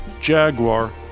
Jaguar